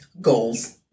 goals